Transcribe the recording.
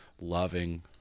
loving